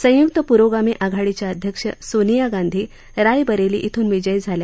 संय्क्त प्रोगामी आघाडीच्या अध्यक्ष सोनिया गांधी रायबरेली इथून विजयी झाल्या